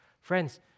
Friends